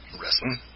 wrestling